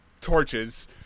torches